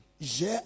J'ai